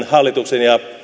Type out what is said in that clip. hallituksen ja